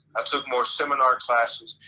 i took more seminar classes,